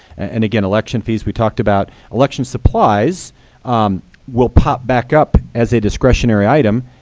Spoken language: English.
and again, election fees, we talked about. election supplies will pop back up as a discretionary item,